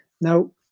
Now